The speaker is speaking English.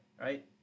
right